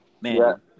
Man